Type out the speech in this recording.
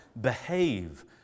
behave